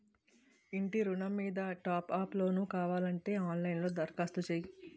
ఇంటి ఋణం మీద టాప్ అప్ లోను కావాలంటే ఆన్ లైన్ లో దరఖాస్తు చెయ్యు